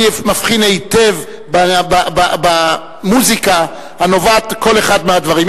אני מבחין היטב במוזיקה הנובעת בכל אחד מהדברים.